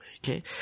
Okay